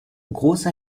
große